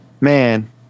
man